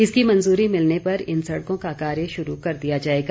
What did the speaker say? इसकी मंजूरी मिलने पर इन सड़कों का कार्य शुरू कर दिया जाएगा